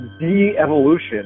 de-evolution